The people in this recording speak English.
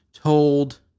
Told